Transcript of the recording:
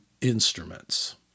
instruments